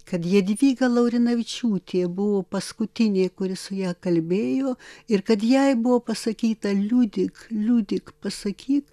kad jadvyga laurinavičiūtė buvo paskutinė kuri su ja kalbėjo ir kad jai buvo pasakyta liudyk liudyk pasakyk